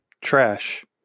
Trash